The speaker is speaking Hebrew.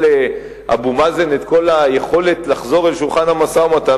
לאבו מאזן את כל היכולת לחזור אל שולחן המשא-ומתן,